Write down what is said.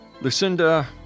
Lucinda